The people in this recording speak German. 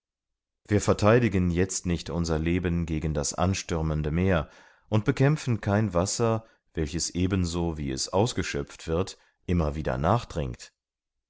wir vertheidigen jetzt nicht unser leben gegen das anstürmende meer und bekämpfen kein wasser welches ebenso wie es ausgeschöpft wird immer wieder